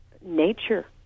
nature